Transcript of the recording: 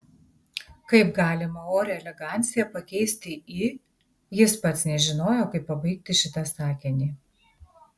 kaip galima orią eleganciją pakeisti į jis pats nežinojo kaip pabaigti šitą sakinį